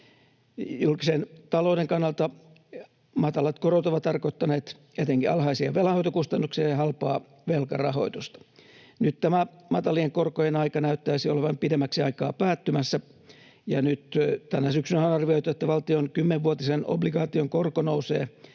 Julkisen talouden kannalta matalat korot ovat tarkoittaneet etenkin alhaisia velanhoitokustannuksia ja halpaa velkarahoitusta. Nyt tämä matalien korkojen aika näyttäisi olevan pidemmäksi aikaa päättymässä, ja nyt tänä syksynä on arvioitu, että valtion kymmenvuotisen obligaation korko nousee